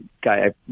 guy